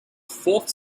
fourth